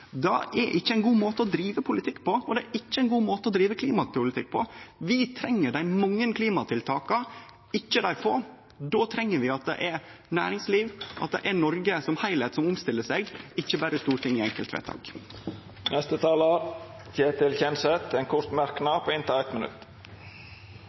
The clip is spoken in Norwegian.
Det er ikkje ein god måte å drive politikk på, og det er ikkje ein god måte å drive klimapolitikk på. Vi treng dei mange klimatiltaka, ikkje dei få. Då treng vi at det er næringslivet og Noreg som heilskap som omstiller seg, ikkje berre Stortinget i enkeltvedtak. Representanten Ketil Kjenseth har hatt ordet to gonger tidlegare og får ordet til ein kort